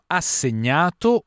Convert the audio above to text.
assegnato